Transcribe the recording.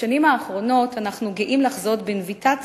בשנים האחרונות אנחנו גאים לחזות בנביטת